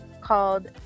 called